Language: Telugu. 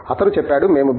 అతను చెప్పాడు మేము B